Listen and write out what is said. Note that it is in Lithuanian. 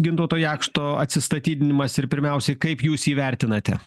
gintauto jakšto atsistatydinimas ir pirmiausiai kaip jūs jį vertinate